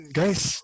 guys